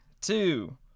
two